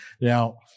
Now